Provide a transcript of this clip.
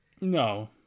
No